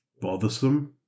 bothersome